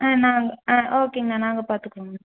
ஆ நான் ஆ ஓகேங்கண்ணா நாங்கள் பார்த்துக்குறோங்கண்ணா